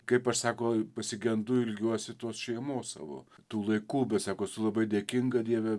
kaip aš sako pasigendu ilgiuosi tos šeimos savo tų laikų bet sako esu labai dėkinga dieve